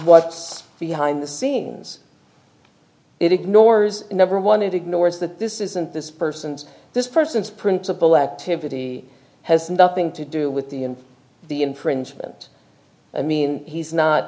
what's behind the scenes it ignores number one it ignores that this isn't this person's this person's principal activity has nothing to do with the and the infringement i mean he's not